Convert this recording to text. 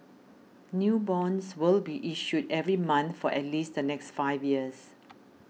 new bonds will be issued every month for at least the next five years